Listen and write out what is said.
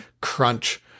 crunch